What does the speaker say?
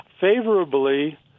favorably